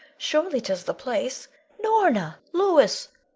surely tis the place. norna! louis!